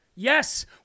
Yes